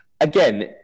Again